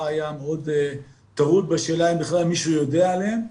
היה מאוד טרוד בשאלה אם בכלל מישהו יודע עליהם,